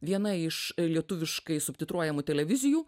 viena iš lietuviškai subtitruojamų televizijų